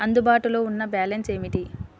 అందుబాటులో ఉన్న బ్యాలన్స్ ఏమిటీ?